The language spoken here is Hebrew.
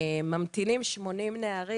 ממתינים 80 נערים.